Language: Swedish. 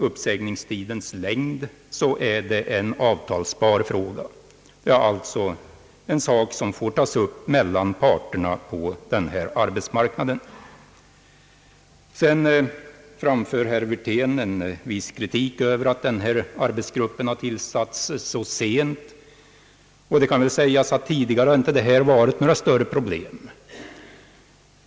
Uppsägningstidens längd är en avtalsbar fråga; den får alltså tas upp mellan parterna på arbetsmarknaden. Herr Wirtén kritiserade i någon mån att arbetsgruppen tillsatts så sent. Tidigare har det inte varit några problem på detta område.